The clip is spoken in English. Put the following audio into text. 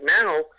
now